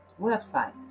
Website